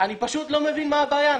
פשוט לא מבין מה הבעיה.